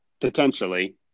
potentially